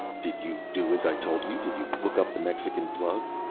did you do as i told you? did you look up the mexican plug?